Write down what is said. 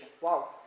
Wow